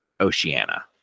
Oceania